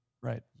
Right